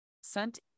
sent